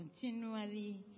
continually